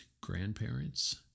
grandparents